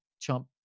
chump